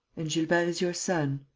and gilbert is your son?